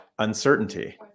uncertainty